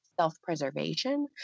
self-preservation